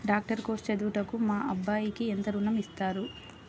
Doctor course చదువుటకు మా అబ్బాయికి ఎంత ఋణం ఇస్తారు?